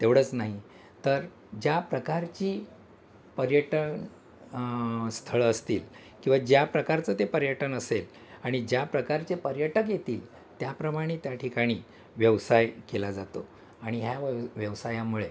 तेवढंच नाही तर ज्या प्रकारची पर्यटन स्थळं असतील किंवा ज्या प्रकारचं ते पर्यटन असेल आणि ज्या प्रकारचे पर्यटक येतील त्याप्रमाणे त्या ठिकाणी व्यवसाय केला जातो आणि ह्या व्यव व्यवसायामुळे